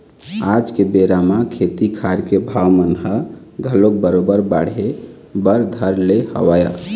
आज के बेरा म खेती खार के भाव मन ह घलोक बरोबर बाढ़े बर धर ले हवय